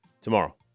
tomorrow